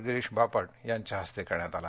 गिरीष बापट यांच्या हस्ते करण्यात आला